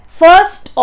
first